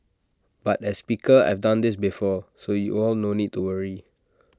but as speaker I've done this before so you all no need to worry